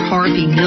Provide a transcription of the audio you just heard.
Harvey